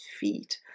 feet